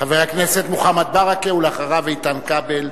חבר הכנסת מוחמד ברכה, ואחריו, איתן כבל.